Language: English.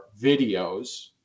videos